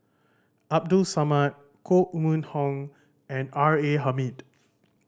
Abdul Samad Koh Mun Hong and R A Hamid